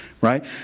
right